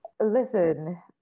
Listen